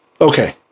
okay